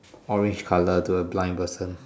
orange colour to a blind person